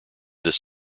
this